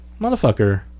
motherfucker